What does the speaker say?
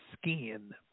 skin